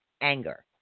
anger